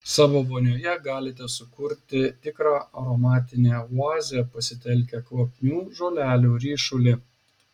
savo vonioje galite sukurti tikrą aromatinę oazę pasitelkę kvapnių žolelių ryšulį